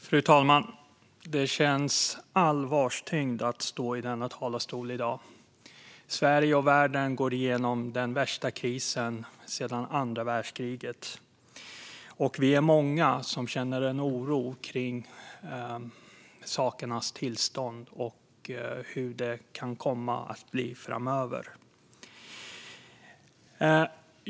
Fru talman! Det känns allvarstyngt att stå i denna talarstol i dag. Sverige och världen går igenom den värsta krisen sedan andra världskriget. Vi är många som känner en oro inför sakernas tillstånd och hur det kan komma att bli framöver.